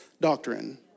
doctrine